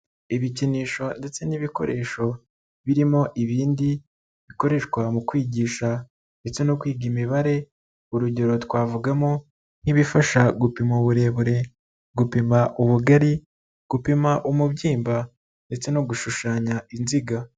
Ibikinisho ndetse n'ibikoresho, birimo ibindi bikoreshwa mu kwigisha ndetse no kwiga imibare, urugero twavugamo nk'ibifasha gupima uburebure, gupima ubugari, gupima umubyimba ndetse no gushushanya inziga.